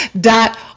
dot